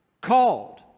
called